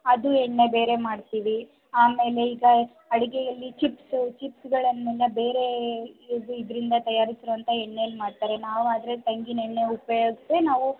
ಅದು ಎಣ್ಣೆ ಬೇರೆ ಮಾಡ್ತೀವಿ ಆಮೇಲೆ ಈಗ ಅಡಿಗೆಯಲ್ಲಿ ಚಿಪ್ಸ್ ಚಿಪ್ಸ್ಗಳನ್ನೆಲ್ಲಾ ಬೇರೆ ಇದರಿಂದ ತಯಾರಿಸಿರೋವಂಥ ಎಣ್ಣೆಯಲ್ಲಿ ಮಾಡ್ತಾರೆ ನಾವು ಆದರೆ ತೆಂಗಿನೆಣ್ಣೆ ಉಪಯೋಗ್ಸೇ ನಾವು